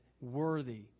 worthy